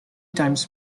times